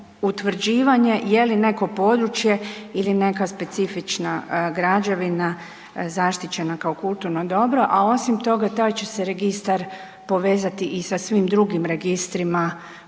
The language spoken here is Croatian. je li neko područje ili neka specifična građevina zaštićena kao kulturno dobro, a osim toga taj će se registar povezati i sa svim drugim registrima